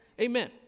Amen